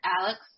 alex